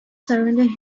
surrounding